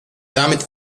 damit